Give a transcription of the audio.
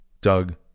Doug